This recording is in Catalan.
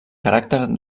caràcter